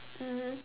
mmhmm